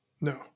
No